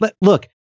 look